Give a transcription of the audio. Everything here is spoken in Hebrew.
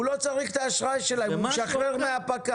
התפלגויות לפי